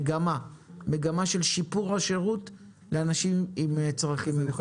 מגמה של שיפור השירות לאנשים עם צרכים מיוחדים.